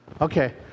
Okay